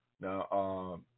now